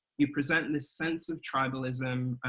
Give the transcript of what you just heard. you present this sense of tribalism,